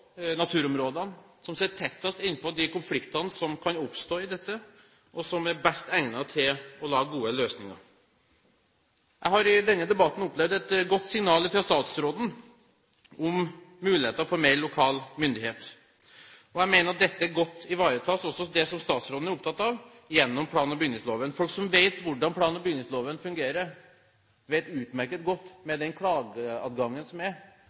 naturområdene, som er tettest innpå de konfliktene som kan oppstå rundt dette, er de som er best egnet til å lage gode løsninger. Jeg har i denne debatten opplevd et godt signal fra statsråden om muligheter for mer lokal myndighet. Jeg mener at dette godt ivaretas – også det som statsråden er opptatt av – gjennom plan- og bygningsloven. Folk som vet hvordan plan- og bygningsloven fungerer, vet utmerket godt, med den klageadgangen som er,